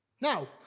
Now